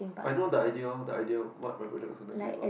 I know the idea the idea what my project was gonna be about